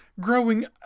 growing